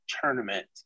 tournament